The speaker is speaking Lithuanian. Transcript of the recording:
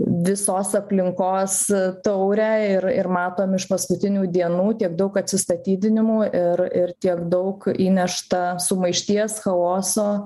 visos aplinkos taurę ir ir matom iš paskutinių dienų tiek daug atsistatydinimų ir ir tiek daug įnešta sumaišties chaoso